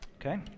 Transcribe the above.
Okay